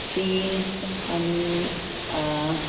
fridge अनि